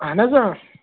اَہَن اۭں